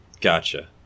Gotcha